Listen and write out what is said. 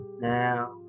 Now